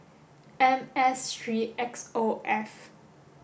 M S three X O F